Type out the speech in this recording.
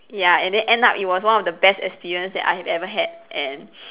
ya and then end up it was one of the best experience that I have ever had and